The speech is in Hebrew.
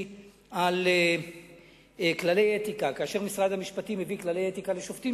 על כללי אתיקה: כאשר משרד המשפטים הביא כללי אתיקה לשופטים,